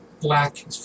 black